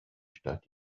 stadt